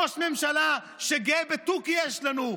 ראש ממשלה שגאה בתוכי יש לנו,